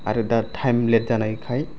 आरो दा थाएम लेट जानायखाय